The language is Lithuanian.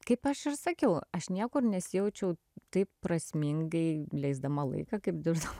kaip aš ir sakiau aš niekur nesijaučiau taip prasmingai leisdama laiką kaip dirbdama